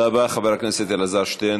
חבר הכנסת אלעזר שטרן.